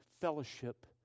fellowship